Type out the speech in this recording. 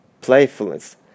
playfulness